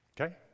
Okay